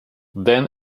then